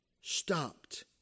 stopped